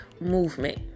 movement